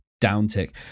downtick